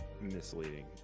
misleading